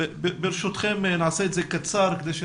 יש